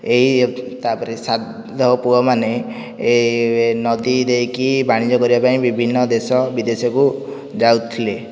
ଏହି ତାପରେ ସାଧବ ପୁଅମାନେ ଏ ନଦୀ ଦେଇକି ବାଣିଜ୍ୟ କରିବା ପାଇଁ ବିଭିନ୍ନ ଦେଶ ବିଦେଶକୁ ଯାଉଥିଲେ